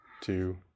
two